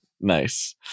Nice